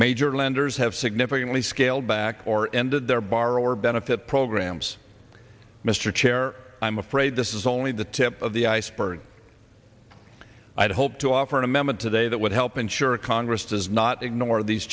major lenders have significantly scaled back or ended their bar or benefit programs mr chair i'm afraid this is only the tip of the iceberg i'd hope to offer an amendment today that would help ensure congress does not ignore these